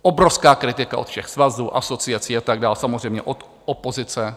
Obrovská kritika od všech svazů, asociací a tak dál, samozřejmě od opozice.